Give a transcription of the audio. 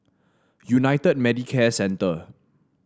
United Medicare Centre